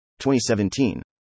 2017